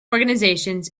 organizations